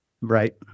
Right